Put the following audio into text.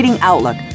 Outlook